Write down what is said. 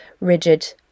rigid